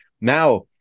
Now